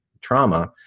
trauma